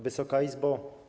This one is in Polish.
Wysoka Izbo!